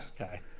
Okay